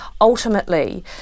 ultimately